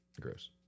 Gross